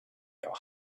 your